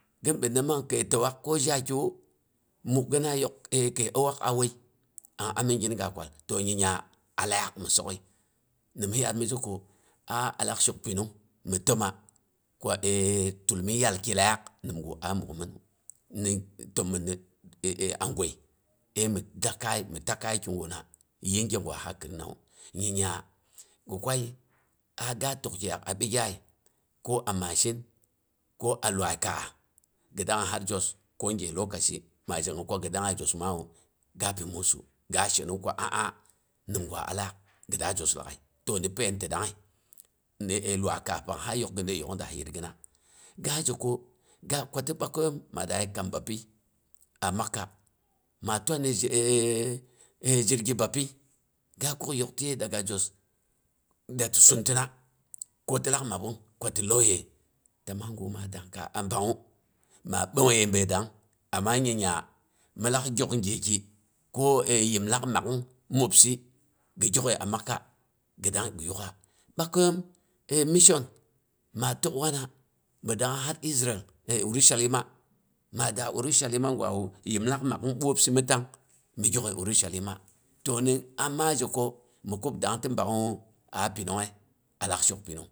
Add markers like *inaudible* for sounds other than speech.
Ghin binna mang kai tauwak ko jaki wu. mukgina yok a kai auwakawai an ami gina ga kwal. To nyiya alak mhi sokhai nom hi yad mi jiko a alak shok pinung mhi tomma ko *hesitation* tull mi yal ki lak nimgu a mukmin ni to ɓmmin ni *hesitation* a gwai ai mi takayi ni takayi ki guna yinge gwa ha khinnawu nyiya ghi kwai a ga tok kiyak a ɓigyayi ko a macin ko a lawai kaah ghi dangah hai jos ko ge lokaci macin ko ghi danghai jos nawu gaa pi musu ga a shenong ka a'a nimgwa a lak ghi da jos laagh ai to ni pain ti danghai. Ni aeh luwai kaas pang ha yok ghi dai yokhn dang hi yitghina. Ga jeko ga kwa ti ɓakaiyom ma da ye kam bapi a makka ma twa ni *hesitation* a jirgi bapi ga kuk yok tiye daga jos da sukn tine ko ti lak mabbong ku ti lauyeye. Ta mai gu ma dangka a banghu ma ɓongyeh bai dang amma nyiya mi lak gyok ge ki, ko e yihm lak magh mwopsi mi gyokhai a makka ghi dang ghi yugha. ɓakaiyom e mission ma tok wana mi dang ha har israel e urushalima. mada urushalima gwawu yihm lak makhn ɓwopsi mi tang mi gyokhai urushalima. To ni amma je ko mu kub dang ti banghu a pinunghai alak shok pinung